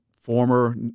former